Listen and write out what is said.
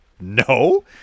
No